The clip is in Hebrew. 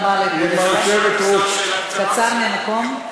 אם היושבת-ראש, קצר, מהמקום.